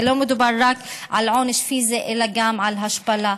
לא מדובר רק על עונש פיזי אלא גם על השפלה.